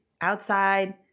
Outside